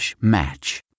match